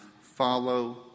follow